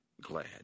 glad